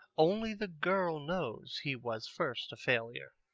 only the girl knows he was first a failure.